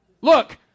Look